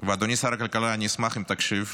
ואדוני שר הכלכלה, אני אשמח אם תקשיב,